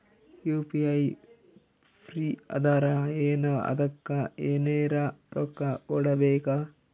UPI free ಅದಾರಾ ಏನ ಅದಕ್ಕ ಎನೆರ ರೊಕ್ಕ ಕೊಡಬೇಕ?